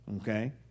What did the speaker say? okay